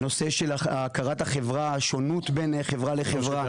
בנושא של הכרת החברה, השונות בין חברה לחברה.